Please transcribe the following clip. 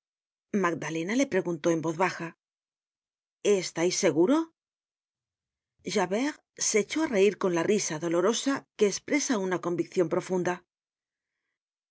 magdalena le preguntó en voz baja estais seguro javert se echó cá reir con la risa dolorosa que espresa una conviccion profunda